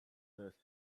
earth